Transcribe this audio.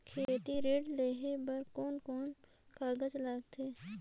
खेती ऋण लेहे बार कोन कोन कागज लगथे?